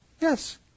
yes